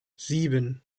sieben